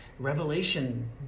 Revelation